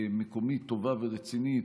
מקומית טובה ורצינית